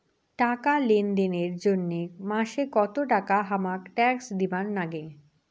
টাকা লেনদেন এর জইন্যে মাসে কত টাকা হামাক ট্যাক্স দিবার নাগে?